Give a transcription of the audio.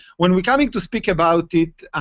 when we're coming to speak about it,